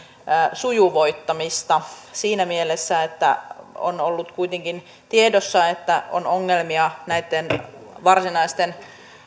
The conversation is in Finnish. sujuvoittamista siinä mielessä että on kuitenkin ollut tiedossa että on ongelmia näitten varsinaisten